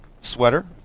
Sweater